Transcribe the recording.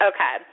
Okay